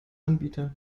anbieter